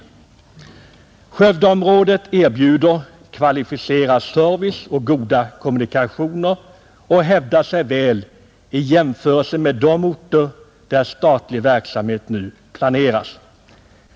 Skövdeområdet erbjuder kvalificerad service och goda kommunikationer och hävdar sig väl i jämförelse med de orter där statlig verksamhet nu planeras.